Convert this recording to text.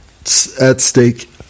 at-stake